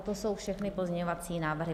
Toto jsou všechny pozměňovací návrhy.